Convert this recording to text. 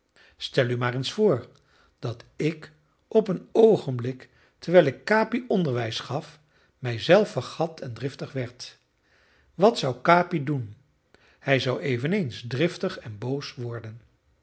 stel u maar eens voor dat ik op een oogenblik terwijl ik capi onderwijs gaf mij zelf vergat en driftig werd wat zou capi doen hij zou eveneens driftig en boos worden